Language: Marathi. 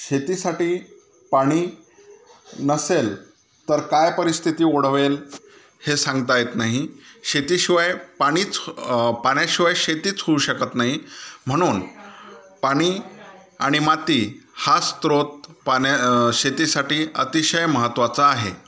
शेतीसाठी पाणी नसेल तर काय परिस्थिती ओढवेल हे सांगता येत नाही शेतीशिवाय पाणीच पाण्याशिवाय शेतीच होऊ शकत नाही म्हणून पाणी आणि माती हा स्रोत पाण्या शेतीसाठी अतिशय महत्त्वाचा आहे